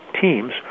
teams